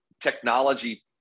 technology